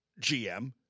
GM